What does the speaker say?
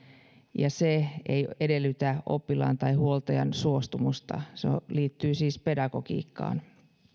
se ei edellytä oppilaan tai huoltajan suostumusta ja se liittyy siis pedagogiikkaan